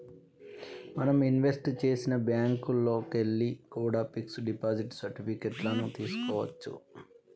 మనం ఇన్వెస్ట్ చేసిన బ్యేంకుల్లోకెల్లి కూడా పిక్స్ డిపాజిట్ సర్టిఫికెట్ లను తీస్కోవచ్చు